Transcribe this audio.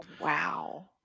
Wow